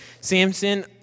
Samson